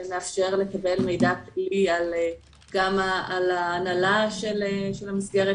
שמאפשר לקבל מידע פלילי גם על ההנהלה של המסגרת